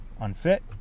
unfit